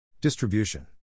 distribution